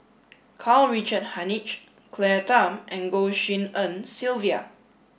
Karl Richard Hanitsch Claire Tham and Goh Tshin En Sylvia